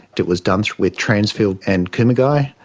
it was done with transfield and kumagai,